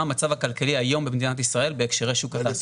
מה המצב הכלכלי היום במדינת ישראל בהקשרי שוק התעסוקה.